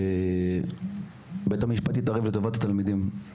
רק בהתמקדות לתחום החינוך בו אנו עוסקים